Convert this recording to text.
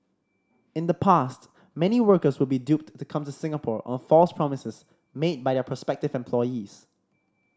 in the past many workers would be duped to come to Singapore on false promises made by their prospective employees